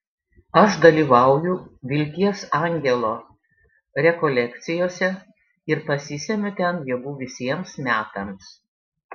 aš dalyvauju vilties angelo rekolekcijose ir pasisemiu ten jėgų visiems metams